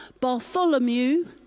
Bartholomew